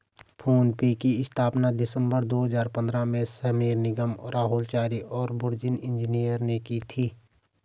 phone पे की स्थापना दिसंबर दो हजार पन्द्रह में समीर निगम, राहुल चारी और बुर्जिन इंजीनियर ने की थी